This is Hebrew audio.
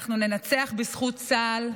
אנחנו ננצח בזכות צה"ל,